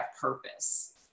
purpose